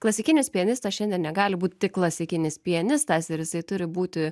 klasikinis pianistas šiandien negali būt tik klasikinis pianistas ir jisai turi būti